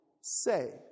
say